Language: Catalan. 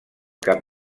cap